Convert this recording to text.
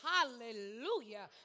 Hallelujah